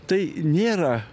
tai nėra